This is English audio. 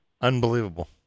Unbelievable